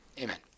amen